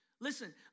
Listen